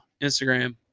Instagram